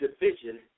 division